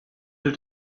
have